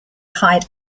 hide